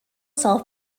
self